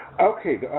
Okay